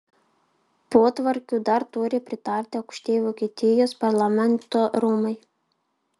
potvarkiui dar turi pritarti aukštieji vokietijos parlamento rūmai